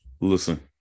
Listen